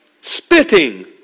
Spitting